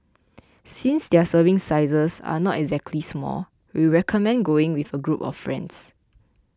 since their serving sizes are not exactly small we recommend going with a group of friends